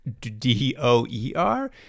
d-o-e-r